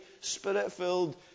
spirit-filled